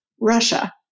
Russia